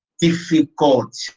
difficult